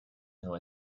know